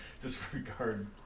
Disregard